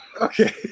Okay